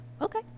Okay